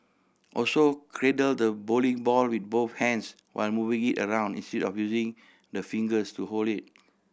also cradle the bowling ball with both hands while moving it around instead of using the fingers to hold it